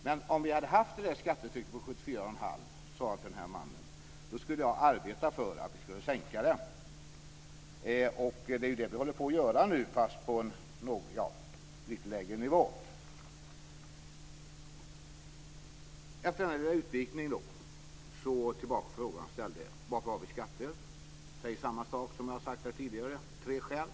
Men om vi hade haft det här utgiftstrycket på 74,5 %, sade jag till mannen, skulle jag arbeta för att vi skulle sänka det. Och det är det vi håller på att göra nu, fast på en lite lägre nivå. Efter den här lilla utvikningen går jag tillbaka till den fråga jag ställde: Varför har vi skatter? Som jag har sagt här tidigare finns det tre huvudsakliga skäl.